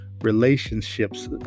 relationships